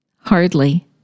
Hardly